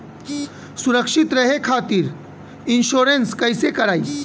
सुरक्षित रहे खातीर इन्शुरन्स कईसे करायी?